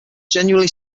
genuinely